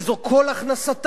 וזו כל הכנסתם,